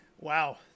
Wow